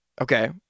Okay